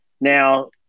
Now